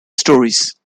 stories